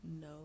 No